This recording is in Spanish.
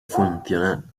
funcional